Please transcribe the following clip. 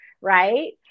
right